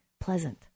pleasant